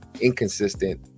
inconsistent